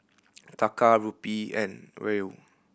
Taka Rupee and Riel